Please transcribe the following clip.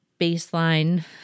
baseline